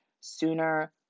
sooner